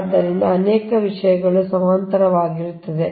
ಆದ್ದರಿಂದ ಅನೇಕ ವಿಷಯಗಳು ಸಮಾನಾಂತರವಾಗಿರುತ್ತವೆ